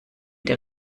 der